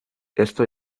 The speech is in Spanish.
esto